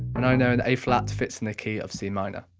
and i know an a flat fits in the key of c minor,